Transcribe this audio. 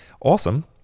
Awesome